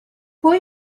pwy